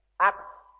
Acts